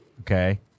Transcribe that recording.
Okay